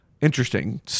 interesting